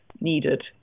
needed